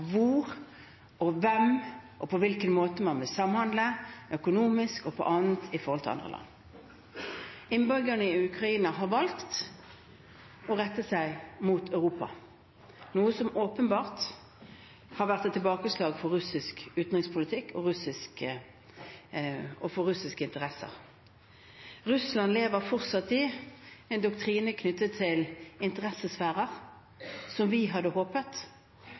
hvor og hvem og på hvilken måte man vil samhandle økonomisk og på andre måter med andre land. Innbyggerne i Ukraina har valgt å rette seg mot Europa, noe som åpenbart har vært et tilbakeslag for russisk utenrikspolitikk og for russiske interesser. Russland lever fortsatt med en doktrine knyttet til interessesfærer som vi hadde håpet